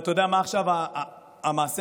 מה זה "ברור"?